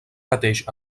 mateix